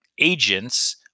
agents